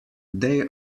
they